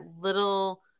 little